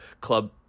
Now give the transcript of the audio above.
club